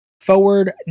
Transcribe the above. forward